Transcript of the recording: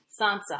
Sansa